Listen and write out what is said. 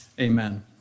amen